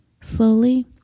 Slowly